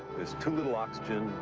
there's too little oxygen,